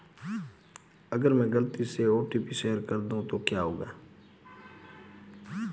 अगर मैं गलती से ओ.टी.पी शेयर कर दूं तो क्या होगा?